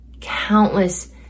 countless